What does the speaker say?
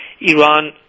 Iran